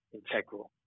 integral